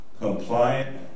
compliant